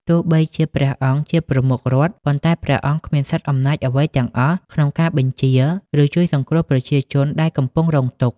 ទោះបីជាព្រះអង្គជាប្រមុខរដ្ឋ ប៉ុន្តែព្រះអង្គគ្មានសិទ្ធិអំណាចអ្វីទាំងអស់ក្នុងការបញ្ជា ឬជួយសង្គ្រោះប្រជាជនដែលកំពុងរងទុក្ខ។